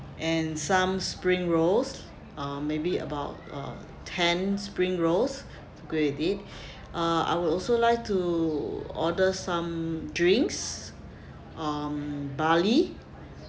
and some spring rolls um maybe about uh ten spring rolls to go with it uh I will also like to order some drinks um barley